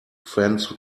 friends